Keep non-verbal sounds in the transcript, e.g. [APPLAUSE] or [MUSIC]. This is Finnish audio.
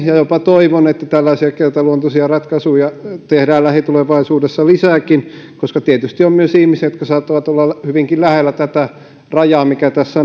ja jopa toivon että tällaisia kertaluontoisia ratkaisuja tehdään lähitulevaisuudessa lisääkin koska tietysti on myös ihmisiä jotka saattavat olla olla hyvinkin lähellä tätä rajaa mikä tässä [UNINTELLIGIBLE]